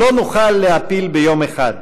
לא נוכל להפיל ביום אחד,